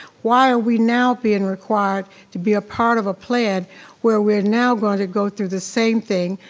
why are we now being and required to be a part of a plan where we are now going to go through the same thing?